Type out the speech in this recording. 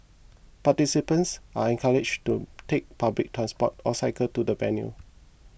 participants are encouraged to take public transport or cycle to the venue